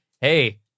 hey